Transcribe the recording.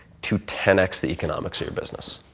to ten x the economics of your business?